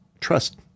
Trust